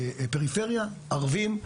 פריפריה, ערבים,